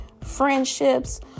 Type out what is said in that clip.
friendships